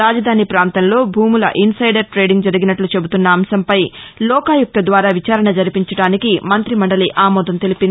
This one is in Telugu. రాజధాని పాంతంలో భూముల ఇన్సైదర్ ట్రేడింగ్ జరిగినట్ల చెబుతున్న అంశంపై లోకాయుక్త ద్వారా విచారణ జరిపించడానికి మంతిమండలి ఆమోదం తెలిపింది